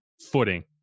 footing